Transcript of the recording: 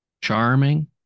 Charming